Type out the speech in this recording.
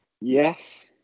Yes